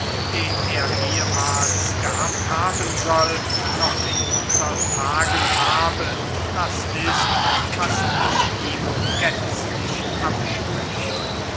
den er ehmahls gehabt haben soll noch in unsern tagen habe das ist was ich ihm gänzlich abspreche